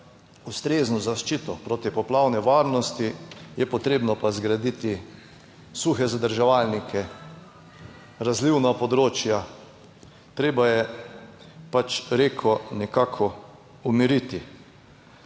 ustrezno zaščito protipoplavne varnosti je potrebno pa zgraditi suhe zadrževalnike, razlivna področja, treba je pač reko nekako umiriti,